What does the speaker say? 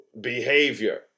behavior